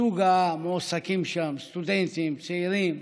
סוג המועסקים שם, סטודנטים, צעירים,